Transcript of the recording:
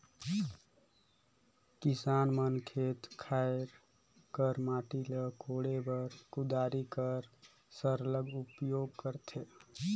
किसान मन खेत खाएर कर माटी ल कोड़े बर कुदारी कर सरलग उपियोग करथे